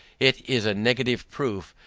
it is a negative proof,